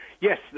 yes